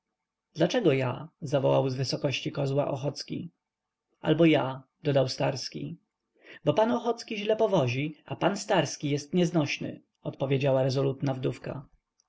dlaczego ja zawołał z wysokości kozła ochocki albo ja dodał starski bo pan ochocki źle powozi a pan starski jest nieznośny odpowiedziała rezolutna wdówka